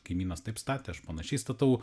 kaimynas taip statė aš panašiai statau